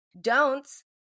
Don'ts